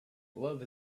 love